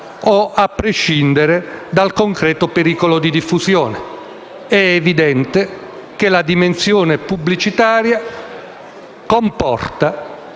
o a prescindere dal concreto pericolo di diffusione. È evidente che la dimensione pubblicitaria comporta